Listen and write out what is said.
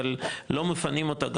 אבל לא מפנים אותו,